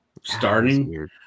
starting